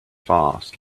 fast